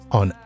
on